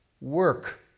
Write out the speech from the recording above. work